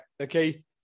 okay